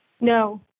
No